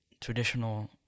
traditional